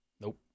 Nope